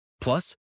Plus